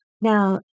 Now